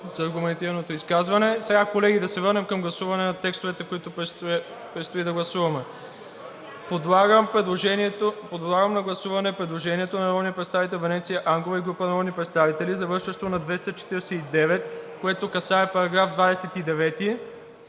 за аргументираното изказване. Колеги, да се върнем към текстовете, които предстои да гласуваме. Подлагам на гласуване предложението на народния представител Венеция Ангова и група народни представители, завършващо на 249, което касае § 29